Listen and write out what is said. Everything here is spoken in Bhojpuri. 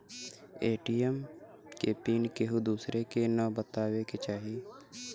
ए.टी.एम के पिन केहू दुसरे के न बताए के चाही